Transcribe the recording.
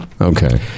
Okay